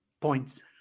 points